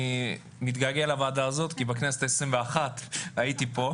ואני מתגעגע לוועדה הזו, כי בכנסת ה-21 הייתי פה.